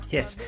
Yes